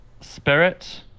spirit